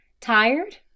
Tired